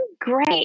great